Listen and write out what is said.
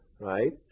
right